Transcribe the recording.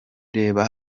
reba